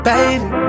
Baby